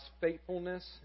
Faithfulness